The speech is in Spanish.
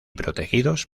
protegidos